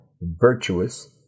virtuous